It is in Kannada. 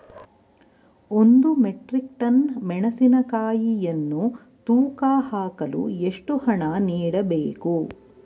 ಒಂದು ಮೆಟ್ರಿಕ್ ಟನ್ ಮೆಣಸಿನಕಾಯಿಯನ್ನು ತೂಕ ಹಾಕಲು ಎಷ್ಟು ಹಣ ನೀಡಬೇಕು?